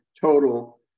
total